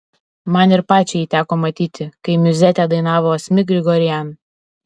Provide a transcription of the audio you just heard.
man ir pačiai jį teko matyti kai miuzetę dainavo asmik grigorian